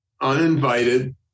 uninvited